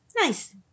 Nice